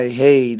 hey